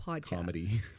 comedy